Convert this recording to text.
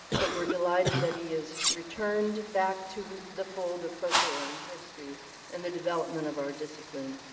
but we're delighted that he is returned back to the fold of folklore in history and the development of our discipline.